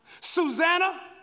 Susanna